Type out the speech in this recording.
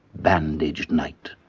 bandaged night.